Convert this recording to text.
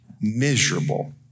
miserable